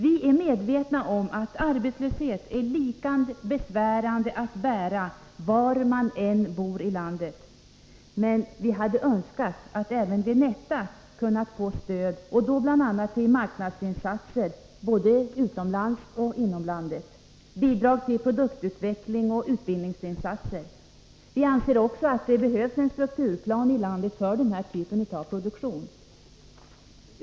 Vi är medvetna om att arbetslöshet är lika besvärande att bära var man än bor i landet, men vi hade önskat att även Vinetta hade kunnat få stöd, bl.a. till marknadsinsatser både utomlands och inom landet och i form av bidrag till produktutveckling och utbildningsinsatser. Vi anser också att det behövs en strukturplan i landet för den här typen av produktion.